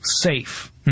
safe